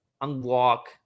unlock